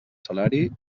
salari